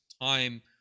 time